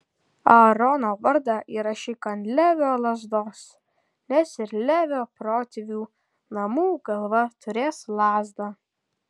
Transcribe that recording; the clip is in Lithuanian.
aarono vardą įrašyk ant levio lazdos nes ir levio protėvių namų galva turės lazdą